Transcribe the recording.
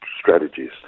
strategies